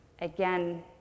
again